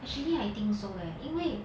actually I think so leh 因为